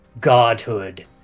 godhood